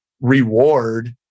reward